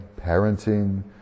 parenting